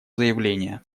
заявление